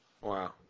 Wow